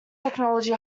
technology